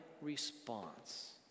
response